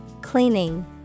Cleaning